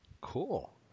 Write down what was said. Cool